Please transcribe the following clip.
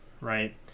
right